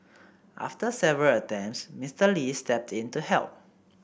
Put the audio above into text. after several attempts Mister Lee stepped in to help